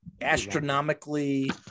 astronomically